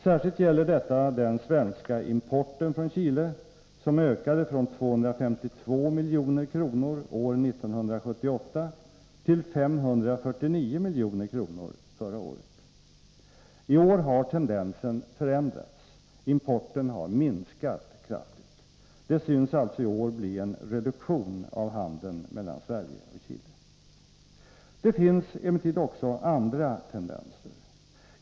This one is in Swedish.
Särskilt gäller detta den svenska importen från Chile som ökade från 252 milj.kr. år 1978 till 549 milj.kr. förra året. I år har tendensen förändrats — importen har minskat kraftigt. Det synes alltså i år bli en reduktion av handeln mellan Sverige och Chile. Det finns emellertid också andra tendenser.